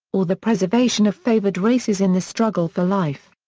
or the preservation of favoured races in the struggle for life.